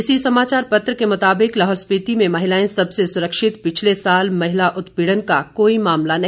इसी समाचार पत्र के मुताबिक लाहौल स्पीति में महिलाएं सबसे सुरक्षित पिछले साल महिला उत्पीड़न का कोई मामला नहीं